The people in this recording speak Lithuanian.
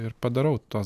ir padarau tuos